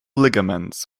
ligaments